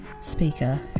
speaker